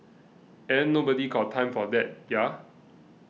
ain't nobody's got time for that ya